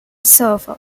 server